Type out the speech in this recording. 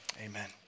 Amen